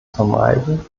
vermeiden